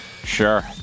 Sure